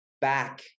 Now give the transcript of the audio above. back